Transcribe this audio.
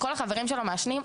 כל החברים שלו מעשנים,